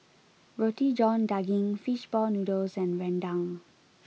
Roti John Daging fish ball noodles and Rendang